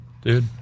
Dude